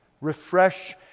refresh